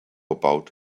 about